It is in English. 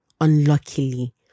Unluckily